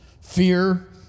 Fear